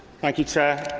thank you, chair.